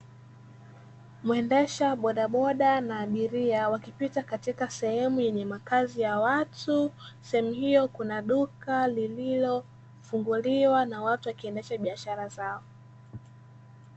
Mwendesha bodaboda na abiria wakipita katika sehemu yenye makazi ya watu, sehemu hiyo kuna duka lililofunguliwa na watu wakiendesha biashara zao.